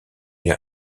lès